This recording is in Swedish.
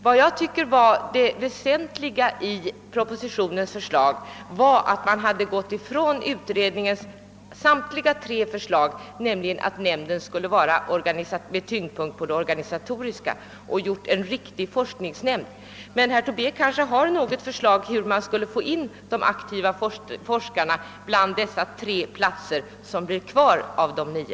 Vad jag tyckte vara det väsentliga i propositionens förslag var att man hade gått ifrån utredningens samtliga tre förslag, innebärande att nämnden skulle ha en tyngdpunkt på den organisatoriska sidan, och i stället hade skapat en riktig forskningsnämnd. Men herr Tobé kanske har något förslag till hur man skall få in de aktiva forskarna på de tre platser som blir kvar av de nio?